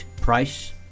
price